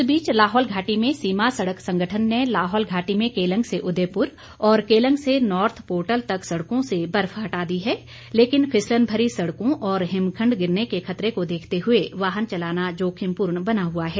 इस बीच लाहौल घाटी में सीमा सड़क संगठन ने लाहौल घाटी में केलंग से उदयपुर और केलंग से नॉर्थ पोर्टल तक सड़कों से बर्फ हटा दी है लेकिन फिसलनभरी सड़कों और हिमखंड गिरने के खतरे को देखते हुए वाहन चलाना जोखिमपूर्ण बना हुआ है